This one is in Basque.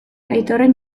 aitorren